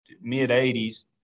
mid-80s